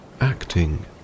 acting